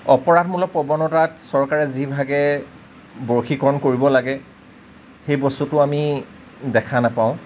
অপৰাধমূলক প্ৰৱণতাত চৰকাৰে যিভাগে বশীকৰণ কৰিব লাগে সেই বস্তুটো আমি দেখা নেপাওঁ